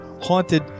haunted